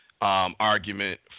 argument